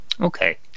Okay